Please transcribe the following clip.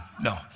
no